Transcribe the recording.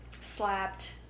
slapped